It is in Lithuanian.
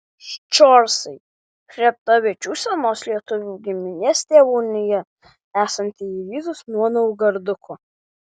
ščorsai chreptavičių senos lietuvių giminės tėvonija esanti į rytus nuo naugarduko